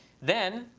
then,